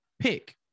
pick